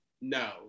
No